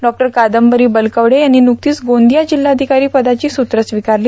डॉ कादंबरी बलकवडे यांनी व्रकतीच गोंदिया जिल्हाधिकारी पदाची स्त्रत्रं स्वीकारली